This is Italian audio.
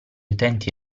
utenti